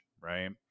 right